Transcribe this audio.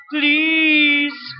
Please